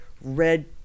red